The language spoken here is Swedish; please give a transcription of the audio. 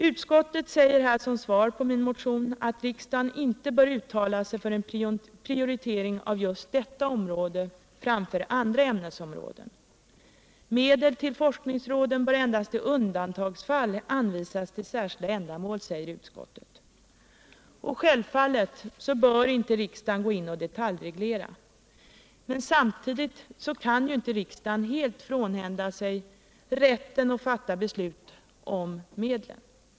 Utskottet säger som svar på vår motion att riksdagen inte bör uttala sig för en prioritering av just detta område framför andra ämnesområden. Medel till forskningsråden bör endast i undantagsfall anvisas till särskilda ändamål, säger utskottet. Självfallet bör inte riksdagen gå in och detaljreglera, men samtidigt kan ju inte riksdagen helt frånhända sig rätten att fatta beslut om medlen.